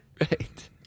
right